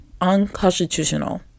unconstitutional